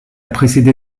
précédé